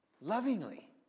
lovingly